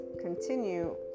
continue